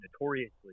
notoriously